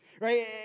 right